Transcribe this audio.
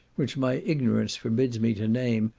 which my ignorance forbids me to name,